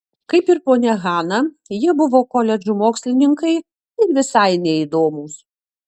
kaip ir ponia hana jie buvo koledžų mokslininkai ir visai neįdomūs